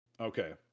Okay